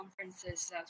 conferences